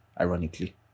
ironically